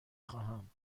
خواهم